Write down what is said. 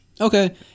Okay